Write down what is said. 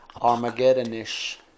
Armageddon-ish